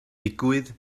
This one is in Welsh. digwydd